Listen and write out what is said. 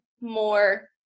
more